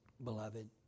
Beloved